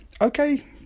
Okay